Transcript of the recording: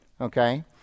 Okay